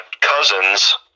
cousins